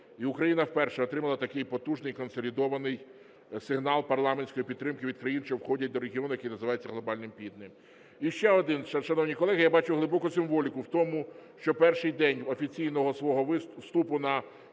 Україна вперше отримала такий потужний і консолідований сигнал парламентської підтримки від країн, що входять до регіону, який називається Глобальним Півднем. І ще один, шановні колеги. Я бачу глибоку символіку в тому, що в перший день офіційного свого вступу на